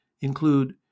include